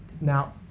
now